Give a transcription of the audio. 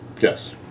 yes